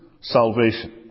salvation